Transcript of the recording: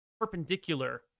perpendicular